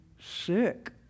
sick